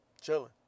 chilling